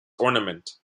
ornament